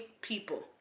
people